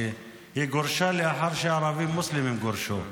כי היא גורשה לאחר שהערבים המוסלמים גורשו,